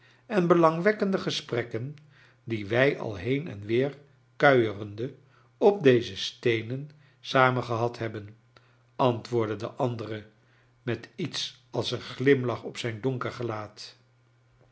en belangwekkende gesprekken die wij al been en weer kuierende op deze steenen samen gehad hebben antwoordde de andere met iets als een glimlach op zijn donker gelaat